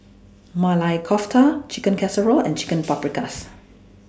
Maili Kofta Chicken Casserole and Chicken Paprikas